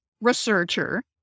researcher